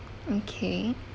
okay